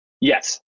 Yes